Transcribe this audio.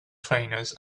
trainers